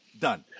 Done